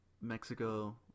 Mexico